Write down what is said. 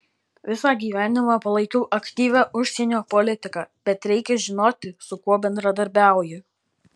visą gyvenimą palaikiau aktyvią užsienio politiką bet reikia žinoti su kuo bendradarbiauji